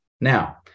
Now